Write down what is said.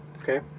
Okay